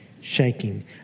shaking